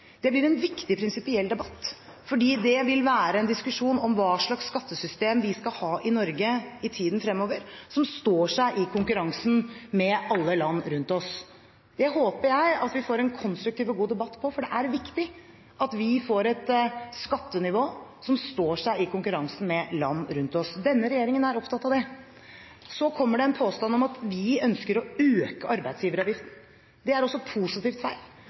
Det blir en viktig prinsipiell debatt, fordi det vil være en diskusjon om hva slags skattesystem vi skal ha i Norge i tiden fremover som står seg i konkurransen med alle land rundt oss. Det håper jeg at vi får en konstruktiv og god debatt på, for det er viktig at vi får et skattenivå som står seg i konkurransen med land rundt oss. Denne regjeringen er opptatt av det. Så kommer det en påstand om at vi ønsker å øke arbeidsgiveravgiften. Det er også positivt feil.